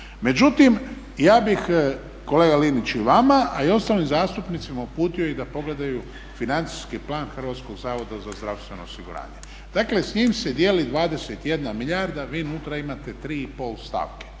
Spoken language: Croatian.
Međutim, ja bih kolega Liniću i vama a i ostalim zastupnicima uputio i da pogledaju financijski plan Hrvatskog zavoda za zdravstveno osiguranje. Dakle s njime se dijeli 21 milijarda a vi unutra imate 3,5 stavke